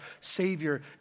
Savior